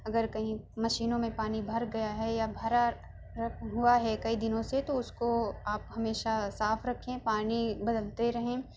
اگر کہیں مشینوں میں پانی بھر گیا ہے یا بھرا ہوا ہے کئی دنوں سے تو اس کو آپ ہمیشہ صاف رکھیں پانی بدلتے رہیں